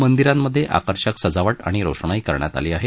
मंदिरांमध्ये आकर्षक सजावट आणि रोषणाई करण्यात आली आहे